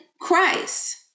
Christ